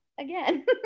again